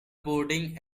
boarding